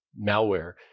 malware